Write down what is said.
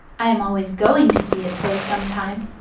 i am always going to see it so some time.